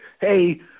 hey